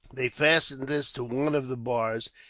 they fastened this to one of the bars,